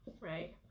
right